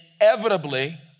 inevitably